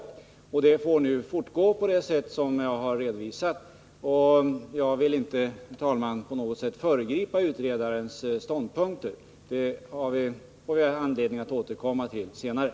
Utredningsarbetet får nu fortgå på det sätt som angivits, och jag vill, herr talman, inte föregripa Nr 136 utredarens ståndpunkter. Vi får anledning att återkomma till dem senare.